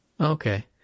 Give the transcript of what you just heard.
Okay